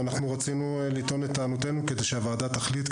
ואנחנו רצינו לטעון את טענותינו כדי שהוועדה תחליט,